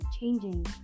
changing